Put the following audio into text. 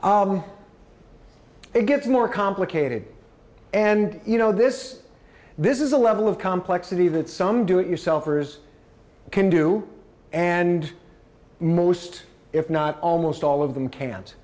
e it gets more complicated and you know this this is a level of complexity that some do it yourself for years can do and most if not almost all of them